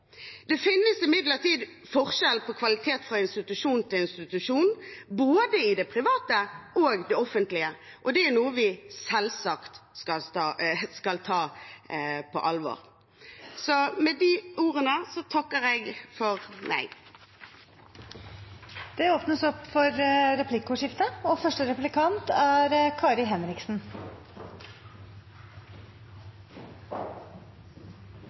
Det finnes ingen forskningsrapporter som konkluderer med at kvaliteten er bedre i det offentlige. Det er imidlertid forskjell i kvalitet fra institusjon til institusjon, både i det private og i det offentlige, og det er noe vi selvsagt skal ta på alvor. Med de ordene takker jeg for meg. Det blir replikkordskifte.